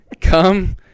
Come